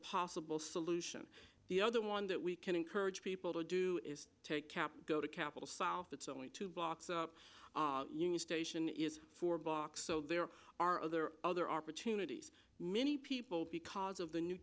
possible solution the other one that we can encourage people to do is take cap go to capitol south it's only two blocks up union station is four blocks so there are other other opportunities many people because of the new